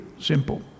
simple